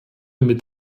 mit